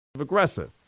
aggressive